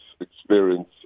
experience